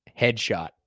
Headshot